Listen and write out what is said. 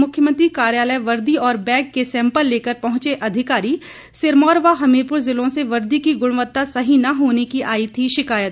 मुख्यमंत्री कार्यालय वर्दी और बैग के सैंपल लेकर पहुंचे अधिकारी सिरमौर व हमीरपुर जिलों से वर्दी की गुणवत्ता सही न होने की आई थी शिकायत